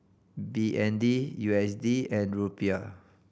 B N D U S D and Rupiah